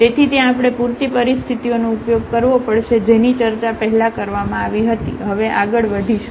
તેથી ત્યાં આપણે પૂરતી પરિસ્થિતિઓનો ઉપયોગ કરવો પડશે કે જેની ચર્ચા પહેલાં કરવામાં આવી હતી હવે આગળ વધીશું